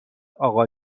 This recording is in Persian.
آقا